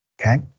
okay